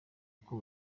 uko